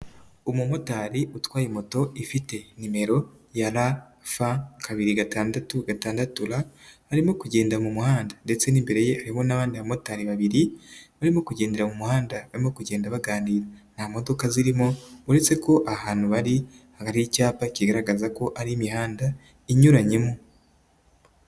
Umu motari utwaye moto ifite nimero ya RF kabiri, gatandatu, gatandatu R. Arimo kugenda mu muhanda ndetse n'imbere ye harimo n'abandi ba motari babiri. Barimo kugendera mu muhanda, barimo kugenda baganira. Nta modoka zirimo uretse ko ahantu bari hari icyapa kigaragaza ko ari imihanda, inyuranyemo.